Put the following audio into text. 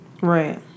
right